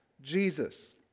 Jesus